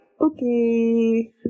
okay